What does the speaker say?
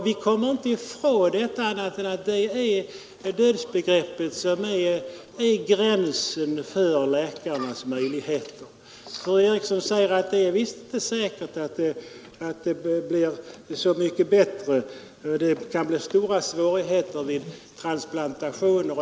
Vi kommer inte ifrån det faktum att just dödsbegreppet utgör en gräns för läkarnas möjligheter. Fru Eriksson säger också att stora svårigheter kan uppstå vid transplantationer. Det är inte säkert att det blir bättre efter transplantationen.